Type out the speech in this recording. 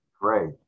Great